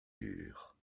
dure